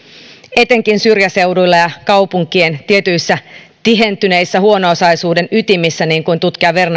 etenkin syrjäseuduilla ja kaupunkien tietyissä tihentyneissä huono osaisuuden ytimissä niin kuin tutkija